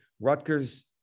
Rutgers